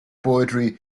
poetry